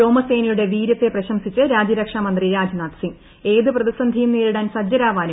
വ്യോമസേനയുടെ വീര്യള്ളത്ത് പ്രിശംസിച്ച് രാജ്യരക്ഷാമന്ത്രി രാജ്നാഥ് സിംങ് ഏത് പ്രീതിസന്ധിയും നേരിടാൻ സജ്ജരാവാനും ആഷ്ടാനും